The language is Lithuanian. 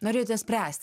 norėjote spręsti